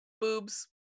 boobs